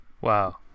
Wow